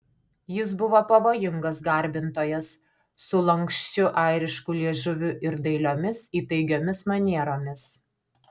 jis buvo pavojingas garbintojas su lanksčiu airišku liežuviu ir dailiomis įtaigiomis manieromis